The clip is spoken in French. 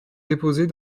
déposés